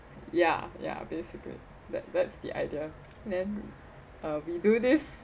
ya ya basically that that's the idea then uh we do this